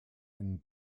einen